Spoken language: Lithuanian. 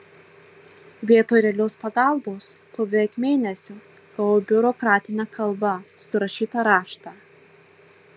vietoj realios pagalbos po beveik mėnesio gavau biurokratine kalba surašytą raštą